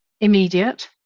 immediate